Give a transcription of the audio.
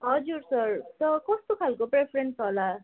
हजुर सर त कस्तो खालको प्रिफरेन्स होला